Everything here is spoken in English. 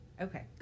Okay